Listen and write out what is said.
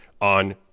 on